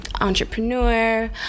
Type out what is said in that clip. entrepreneur